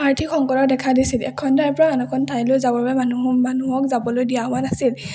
আৰ্থিক সংকটে দেখা দিছিল এখন ঠাইৰ পৰা আন এখন ঠাইলৈ যাবৰ বাবে মানুহ মানুহক যাবলৈ দিয়া হোৱা নাছিল